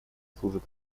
служит